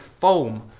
foam